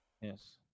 Yes